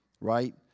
right